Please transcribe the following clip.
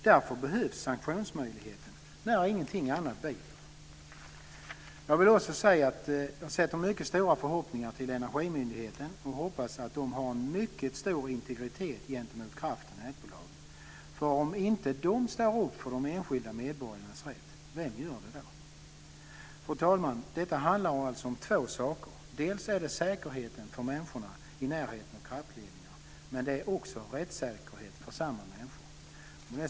Därför behövs sanktionsmöjligheten när inget annat biter. Jag vill också säga att jag sätter mycket stora förhoppningar till Energimyndigheten och hoppas att de har en mycket stor integritet gentemot kraft och nätbolagen. För om de inte står upp för de enskilda medborgarnas rätt, vem gör det då? Fru talman! Detta handlar alltså om två saker: dels säkerhet för människorna i närheten av kraftledningar, dels också rättssäkerhet för samma människor.